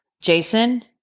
Jason